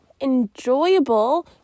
enjoyable